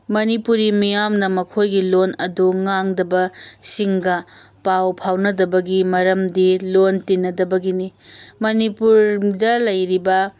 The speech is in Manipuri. ꯃꯅꯤꯄꯨꯔꯤ ꯃꯤꯌꯥꯝꯅ ꯃꯈꯣꯏꯒꯤ ꯂꯣꯟ ꯑꯗꯨ ꯉꯥꯡꯗꯕ ꯁꯤꯡꯒ ꯄꯥꯎ ꯐꯥꯎꯅꯗꯕꯒꯤ ꯃꯔꯝꯗꯤ ꯂꯣꯟ ꯇꯤꯟꯅꯗꯕꯒꯤꯅꯤ ꯃꯅꯤꯄꯨꯔꯗ ꯂꯩꯔꯤꯕ